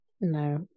no